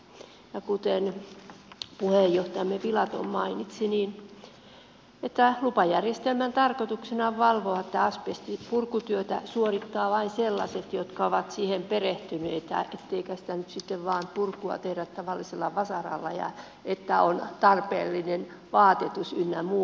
kuten puheenjohtajamme filatov mainitsi lupajärjestelmän tarkoituksena on valvoa että asbestipurkutyötä suorittavat vain sellaiset henkilöt jotka ovat siihen perehtyneitä ettei sitä purkua nyt sitten vain tehdä tavallisella vasaralla ja että on tarpeellinen vaatetus ynnä muu